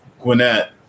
Gwinnett